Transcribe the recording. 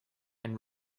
and